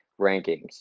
rankings